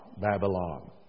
Babylon